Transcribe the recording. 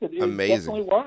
Amazing